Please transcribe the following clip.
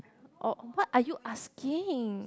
oh what are you asking